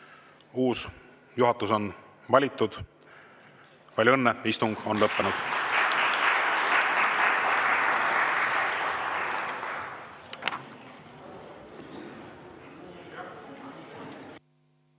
uus juhatus on valitud. Palju õnne! Istung on lõppenud.